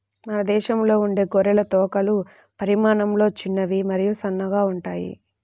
మన దేశంలో ఉండే గొర్రె తోకలు పరిమాణంలో చిన్నవి మరియు సన్నగా ఉంటాయి